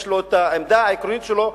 יש לו העמדה העקרונית שלו,